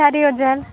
ଚାରି ହଜାର